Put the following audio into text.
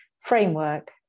framework